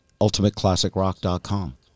ultimateclassicrock.com